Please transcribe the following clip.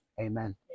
amen